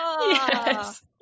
Yes